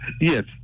Yes